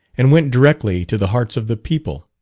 and went directly to the hearts of the people.